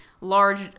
large